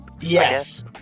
yes